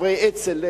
לחברי אצ"ל,